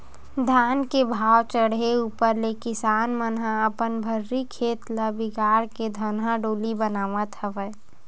धान के भाव चड़हे ऊपर ले किसान मन ह अपन भर्री खेत ल बिगाड़ के धनहा डोली बनावत हवय